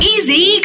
Easy